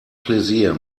plaisir